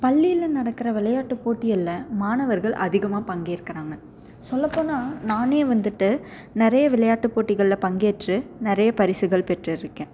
பள்ளியில் நடக்கிற விளையாட்டு போட்டிகளில் மாணவர்கள் அதிகமாக பங்கேற்கிறாங்க சொல்லப்போனால் நான் வந்துட்டு நிறைய விளையாட்டு போட்டிகளில் பங்கேற்று நிறைய பரிசுகள் பெற்றிருக்கேன்